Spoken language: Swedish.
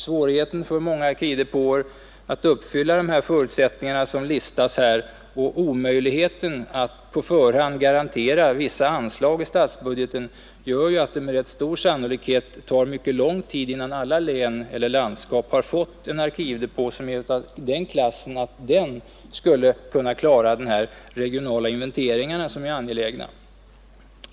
Svårigheten för många arkivdepåer att uppfylla dessa förutsättningar och omöjligheten att på förhand garantera vissa anslag i statsbudgeten gör att det med stor sannolikhet tar mycket lång tid innan alla län eller landskap har fått en arkivdepå som är av den klassen att den skulle kunna klara de önskvärda regionala inventeringarna.